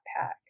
Pack